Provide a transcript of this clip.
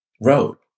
road